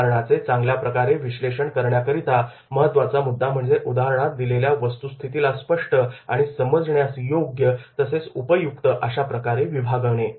उदाहरणाचे चांगल्याप्रकारे विश्लेषण करण्याकरिता महत्त्वाचा मुद्दा म्हणजे उदाहरणात दिलेल्या वस्तुस्थितीला स्पष्ट आणि समजण्यास योग्य तसेच उपयुक्त अशा प्रकारे विभागणे